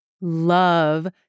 love